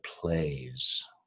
plays